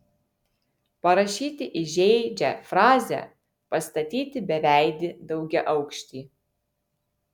parašyti įžeidžią frazę pastatyti beveidį daugiaaukštį